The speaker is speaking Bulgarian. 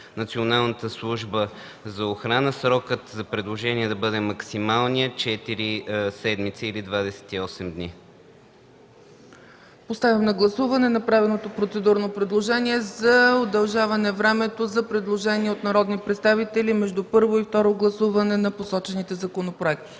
Националната служба за охрана. Срокът за продължаване да бъде максималният – четири седмици или 28 дни. ПРЕДСЕДАТЕЛ ЦЕЦКА ЦАЧЕВА: Поставям на гласуване направеното процедурно предложение за удължаване времето за предложения от народни представители между първо и второ гласуване на посочените законопроекти.